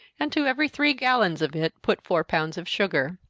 and to every three gallons of it put four pounds of sugar.